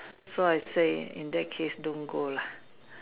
so I say in that case don't go lah